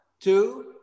two